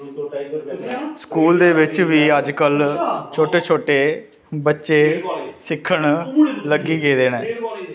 school दे विच वि अजकल्ल छोटे छोटे बच्चे सिक्खन लग्गी गेदे नै